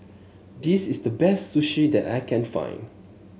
this is the best Sushi that I can find